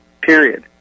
period